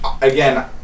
again –